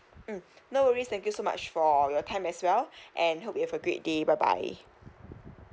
mm no worries thank you so much for your time as well and hope you have a great day bye bye